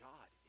God